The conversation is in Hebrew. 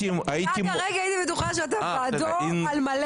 עד הרגע הייתי בטוחה שאתה בעדו על מלא.